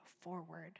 forward